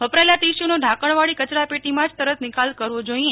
વપરાયેલા ટીસ્યુનો ઢાંકણવાળી કચરાપેટીમાં જ તરત નિકાલ કરવો જોઈએ